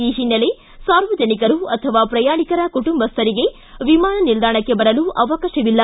ಈ ಹಿನ್ನೆಲೆ ಸಾರ್ವಜನಿಕರು ಅಥವಾ ಪ್ರಯಾಣಿಕರ ಕುಟುಂಬಸ್ತರಿಗೆ ವಿಮಾನ ನಿಲ್ಲಾಣಕ್ಕೆ ಬರಲು ಅವಕಾಶವಿಲ್ಲ